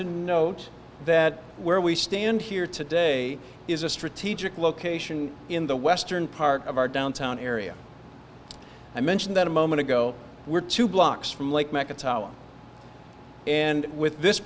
to note that where we stand here today is a strategic location in the western part of our downtown area i mentioned that a moment ago we're two blocks from lake mecca tower and with this